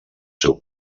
seu